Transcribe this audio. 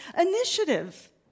initiative